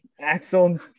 Axel